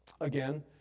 again